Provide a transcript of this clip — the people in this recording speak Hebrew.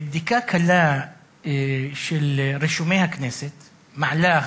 בדיקה קלה של רישומי הכנסת מעלה,